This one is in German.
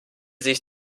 sich